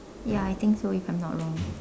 ya I think so if I'm not wrong